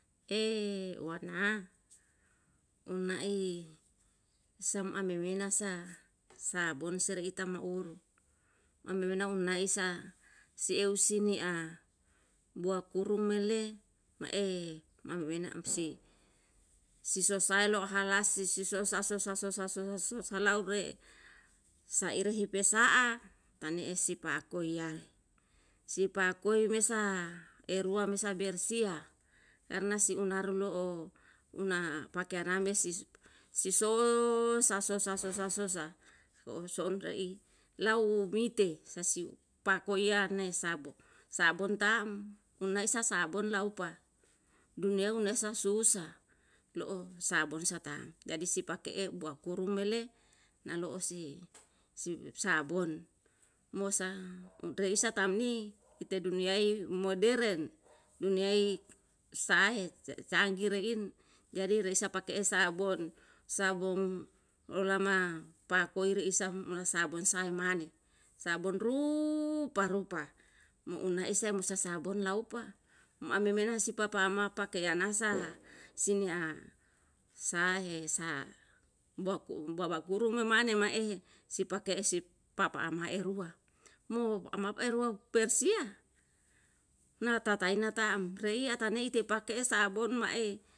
Ee uwarna un na'i sam ambe wena sa sabun seri ita ma ur ambe wana un na'i sa si eu si ni'a bua kurung mele ma'e mau wena umsi siswa usae lo oha lasi siswa usasu sasu sasu su salaur re sa ire hipesa'a tane'e sipa akoi yale sipa akoi mesa eruwa mesa bersia karna si unar lo'o una pakera mesi siso sa so sa so sa so sa soulo re'i lau mite sasiu pako iar ne sabon sabon taa'm una isa sabon lau pa dunia unesa susah lo'o sabon sa taa'm jadi sipake'e buah kurung mele nalo'o si sabon mosa ure isa tam ni ite duniai moderen duniai sae canggi rein jadi reisa pake'e sabon sabon olama pakoi reisa sabon sae mane sabon rupa rupa mo una isa mo sa sabon lau pa mo ambe mena si papa ama pakean na sa sinia sahe sa boku baba guru memane ma'e sipake'e si papa ama'e rua mo amau eru wau persia na tata ena taa'm rei atanei ite pake'i sabun ma'e